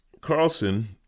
Carlson